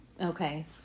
Okay